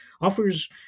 offers